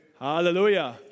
Hallelujah